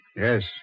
Yes